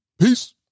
peace